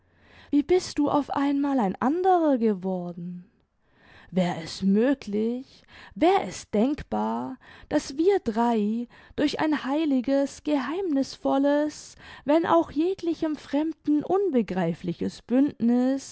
wie bist du auf einmal ein anderer geworden wär es möglich wär es denkbar daß wir drei durch ein heiliges geheimnißvolles wenn auch jeglichem fremden unbegreifliches bündniß